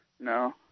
No